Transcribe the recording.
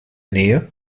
nähe